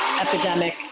epidemic